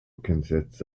consists